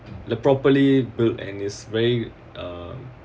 properly built and is very uh